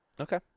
Okay